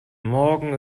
morgen